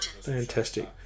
Fantastic